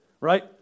right